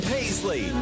Paisley